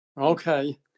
Okay